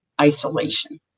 isolation